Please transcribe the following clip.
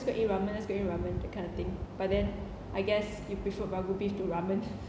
go eat ramen let's go eat ramen that kind of thing but then I guess you prefer wagyu beef to ramen